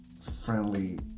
friendly